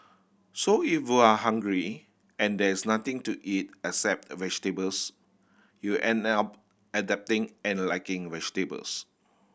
so if you are hungry and there is nothing to eat except vegetables you end up adapting and liking vegetables